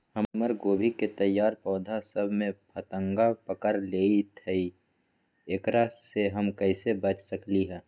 हमर गोभी के तैयार पौधा सब में फतंगा पकड़ लेई थई एकरा से हम कईसे बच सकली है?